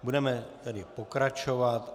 Budeme tedy pokračovat.